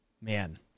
Man